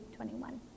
21